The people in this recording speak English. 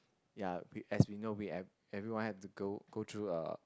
ya we as we know we everyone had to go go through a